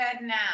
now